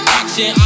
action